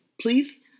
Please